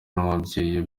n’umubyeyi